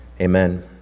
Amen